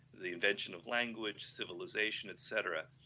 the invention of language, civilization, etcetera,